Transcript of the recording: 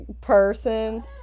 person